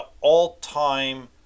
all-time